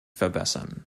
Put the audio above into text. verbessern